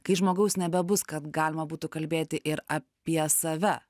kai žmogaus nebebus kad galima būtų kalbėti ir apie save